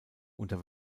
unter